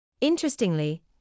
Interestingly